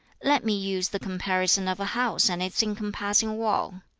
let me use the comparison of a house and its encompassing wall.